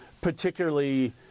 particularly